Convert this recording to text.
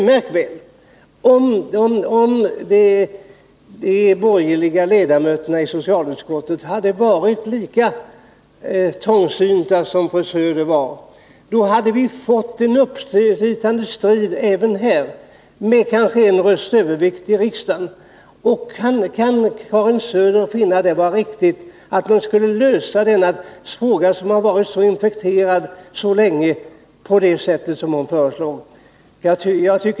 Märk väl att om de borgerliga ledamöterna i socialutskottet hade varit lika trångsynta som fru Söder har varit, hade vi här fått en uppslitande strid och ett beslut i riksdagen med kanske en enda rösts övervikt. Kan Karin Söder finna att det skulle ha varit ett riktigt sätt att lösa denna fråga, som så länge har varit infekterad?